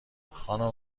خانم